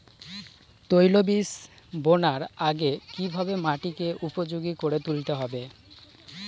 তৈলবীজ বোনার আগে কিভাবে মাটিকে উপযোগী করে তুলতে হবে?